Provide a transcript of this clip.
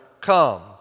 come